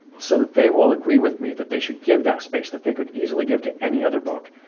so that they will agree with me that they should give that space that they could easily give to any other book.